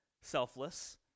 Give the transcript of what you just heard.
selfless